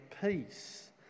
peace